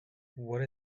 what